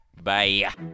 Bye